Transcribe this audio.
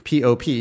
POP